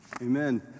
Amen